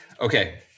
Okay